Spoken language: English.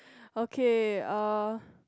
okay uh